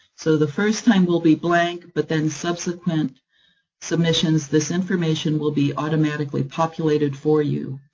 so the first time will be blank, but then subsequent submissions, this information will be automatically populated for you.